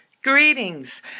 Greetings